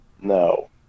no